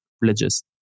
religious